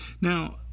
Now